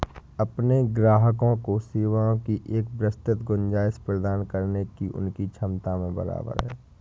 अपने ग्राहकों को सेवाओं की एक विस्तृत गुंजाइश प्रदान करने की उनकी क्षमता में बराबर है